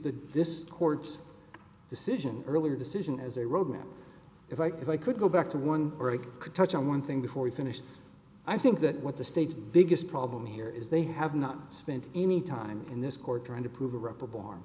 to this court's decision earlier decision as a roadmap if i could go back to one could touch on one thing before we finish i think that what the state's biggest problem here is they have not spent any time in this court trying to prove a rubber ba